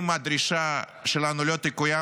אם הדרישה שלנו לא תקוים,